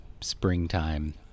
springtime